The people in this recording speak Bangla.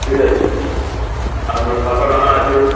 ঠিক আছে আপনার শসা দানা আছে